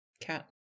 cat